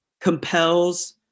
compels